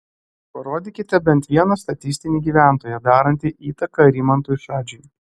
parodykite bent vieną statistinį gyventoją darantį įtaką rimantui šadžiui